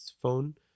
phone